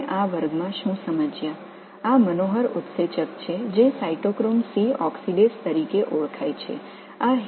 எனவே இந்த வகுப்பில் நாம் புரிந்துகொண்டது சைட்டோக்ரோம் C ஆக்ஸிடேஸ் எனப்படும் இந்த கண்கவர் நொதி என்பதை இதுவரை நான் உங்களுக்கு சொல்கிறேன்